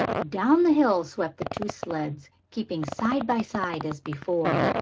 down the hill swept the two sleds, keeping side by side as before.